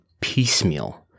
piecemeal